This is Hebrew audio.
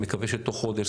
מקווה שתוך חודש,